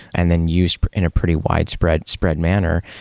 and then used in a pretty widespread widespread manner.